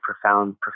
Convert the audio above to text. profound